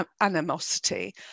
animosity